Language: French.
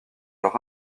leurs